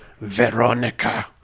Veronica